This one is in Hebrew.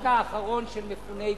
החוק האחרון של מפוני גוש-קטיף.